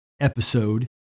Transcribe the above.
episode